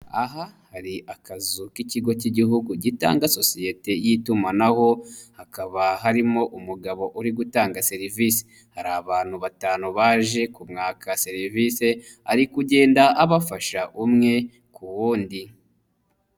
Aha hari akazu k'ikigo cy'igihugu gitanga sosiyete y'itumanaho, hakaba harimo umugabo uri gutanga serivisi. Hari abantu batanu baje kumwaka serivisi, ari kugenda abafasha umwe ku wundi.